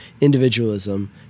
individualism